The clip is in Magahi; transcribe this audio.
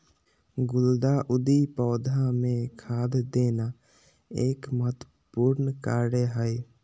गुलदाऊदी पौधा मे खाद देना एक महत्वपूर्ण कार्य हई